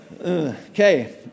Okay